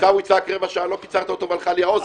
אבל כשעיסאווי צעק רבע שעה לא קיצרת אותו והלכה לי האוזן.